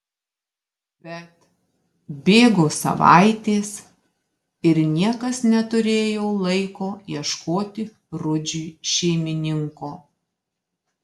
bet bėgo savaitės ir niekas neturėjo laiko ieškoti rudžiui šeimininko